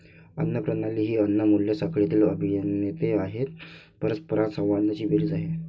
अन्न प्रणाली ही अन्न मूल्य साखळीतील अभिनेते आणि परस्परसंवादांची बेरीज आहे